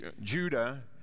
Judah